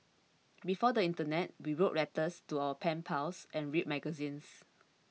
before the internet we wrote letters to our pen pals and read magazines